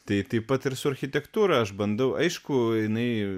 tai taip pat ir su architektūra aš bandau aišku jinai